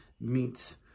meets